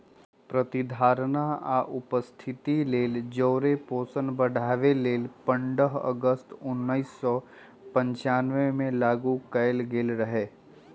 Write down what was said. प्रतिधारणा आ उपस्थिति लेल जौरे पोषण बढ़ाबे लेल पंडह अगस्त उनइस सौ पञ्चानबेमें लागू कएल गेल रहै